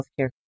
healthcare